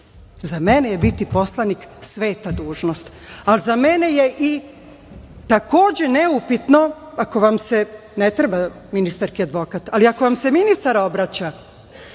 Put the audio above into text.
mene je biti poslanik sveta dužnost, a za mene je i takođe neupitno, ne treba ministarki advokat, ali ako vam se ministar obraća,